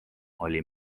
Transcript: oli